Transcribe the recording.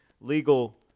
legal